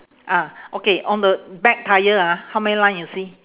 ah okay on the back tyre ah how many line you see